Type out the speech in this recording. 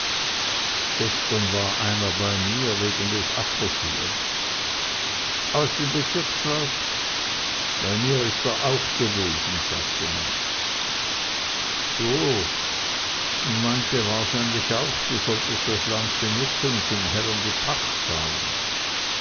gestern war einer bei mir wegen des ackers hier aus dem bezirksrat bei mir ist er auch gewesen sagte manz so und meinte wahrscheinlich auch du solltest das land benutzen und den herren die pacht zahlen